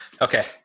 Okay